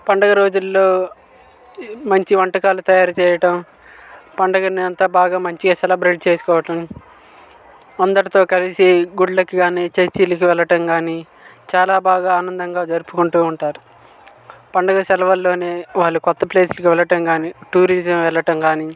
పండుగ రోజుల్లో మంచి వంటకాలు తయారు చేయడం పండుగని అంత మంచిగా సెలెబ్రేట్ చేసుకోవడం అందరితో కలిసి గుళ్ళకి కానీ చర్చిలకు వెళ్ళడం కాని చాలా బాగా ఆనందంగా జరుపుకుంటూ ఉంటారు పండుగ సెలవుల్లోని వాళ్ళు కొత్త ప్లేసులకు వెళ్ళడం కాని టూరిజం వెళ్ళడం కాని